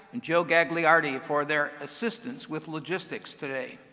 and joe gagliardi for their assistance with logistics today.